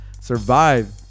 survive